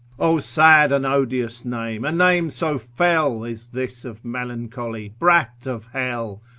o sad and odious name! a name so fell, is this of melancholy, brat of hell.